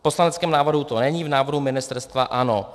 V poslaneckém návrhu to není, v návrhu ministerstva ano.